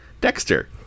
Dexter